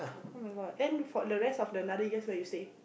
oh-my-God then for the rest of the other years where you stay